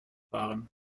fahren